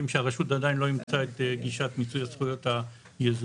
שהרשות עדיין לא אימצה את גישת מיצוי הזכויות היזומה,